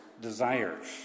desires